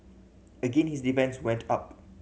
again his defence went up